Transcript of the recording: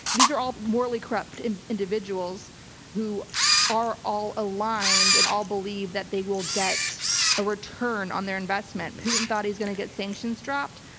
these are all morally corrupt and individuals who are all aligned and all believe that they will get a return on their investment. putin thought he's going to get sanctions dropped.